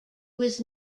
was